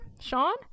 Sean